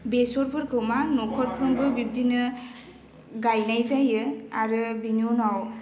बेसरफोरखौ मा नखरफ्रोमबो बिदिनो गायनाय जायो आरो बेनि उनाव